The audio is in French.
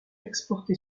exporté